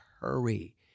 hurry